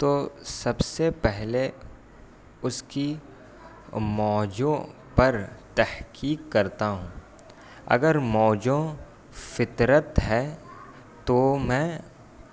تو سب سے پہلے اس کی موضوع پر تحقیق کرتا ہوں اگر موضوع فطرت ہے تو میں